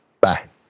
Bye